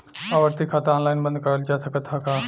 आवर्ती खाता ऑनलाइन बन्द करल जा सकत ह का?